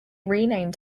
renamed